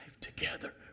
together